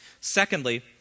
Secondly